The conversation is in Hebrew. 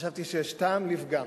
חשבתי שיש טעם לפגם,